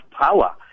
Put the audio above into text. power